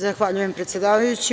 Zahvaljujem, predsedavajući.